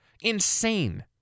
insane